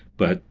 but,